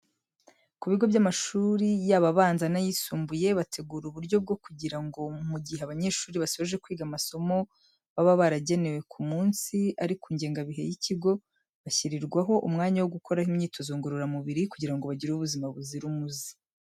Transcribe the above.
Ku bigo by'amashuri yaba abanza n'ayisumbuye, bategura uburyo bwo kugira ngo mu gihe abanyeshuri basoje kwiga amasomo baba baragenewe ku munsi ari ku ngengabihe y'ikigo, bashyirirwaho umwanya wo gukoraho imyitozo ngororamubiri, kugira ngo bagire ubuzima buzira umuze.